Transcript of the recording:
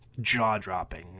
jaw-dropping